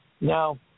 Now